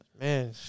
Man